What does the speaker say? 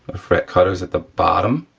fret cutters at the bottom,